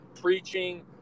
preaching